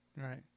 Right